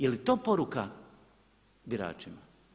Je li to poruka biračima?